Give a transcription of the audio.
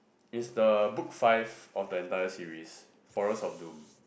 is the book five of the entire series Forest of Doom